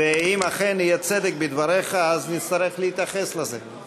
ואם אכן יהיה צדק בדבריך, נצטרך להתייחס לזה.